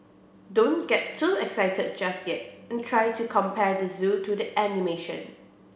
don't get too excited just yet and try to compare the zoo to the animation